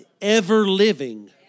ever-living